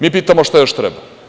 Mi pitamo - šta još treba?